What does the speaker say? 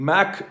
Mac